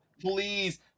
please